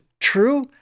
true